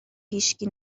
هیشکی